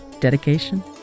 Dedication